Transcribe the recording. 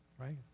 Right